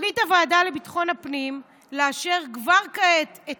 החליטה הוועדה לביטחון הפנים לאשר כבר כעת את